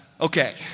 okay